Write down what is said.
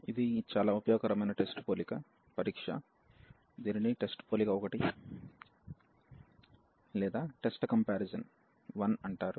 ఇది చాలా ఉపయోగకరమైన టెస్ట్ పోలిక పరీక్ష దీనిని టెస్ట్ పోలిక 1 అంటారు